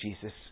Jesus